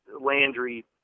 Landry